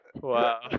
Wow